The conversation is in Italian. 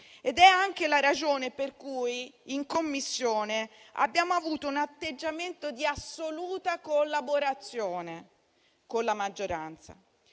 è anche la ragione per cui, in Commissione, abbiamo avuto un atteggiamento di assoluta collaborazione con la maggioranza.